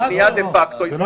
הבנייה דה-פקטו היא סביב הערים.